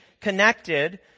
connected